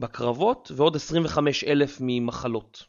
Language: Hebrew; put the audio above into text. קרבות, ועוד 25,000 ממחלות.